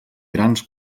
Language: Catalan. grans